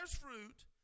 fruit